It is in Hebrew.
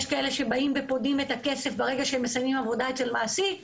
יש כאלה שבאים ופודים את הכסף ברגע שהם מסיימים עבודה אצל מעסיק.